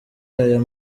aya